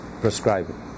prescribing